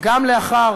לאחר